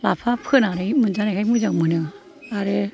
लाफा फोनानै मोनजानायखाय मोजां मोनो आरो